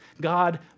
God